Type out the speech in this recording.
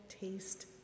taste